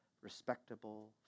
respectable